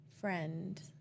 friend